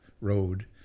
road